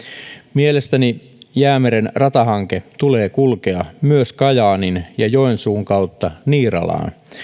mielestäni jäämeren ratahankkeen tulee kulkea myös kajaanin ja joensuun kautta niiralaan